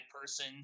person